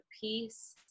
peace